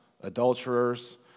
adulterers